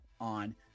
on